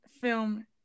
film